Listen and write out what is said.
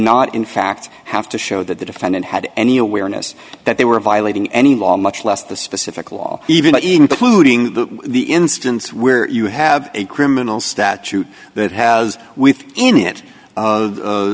not in fact have to show that the defendant had any awareness that they were violating any law much less the specific law even including the instance where you have a criminal statute that has within it